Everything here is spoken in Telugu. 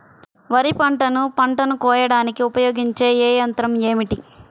వరిపంటను పంటను కోయడానికి ఉపయోగించే ఏ యంత్రం ఏమిటి?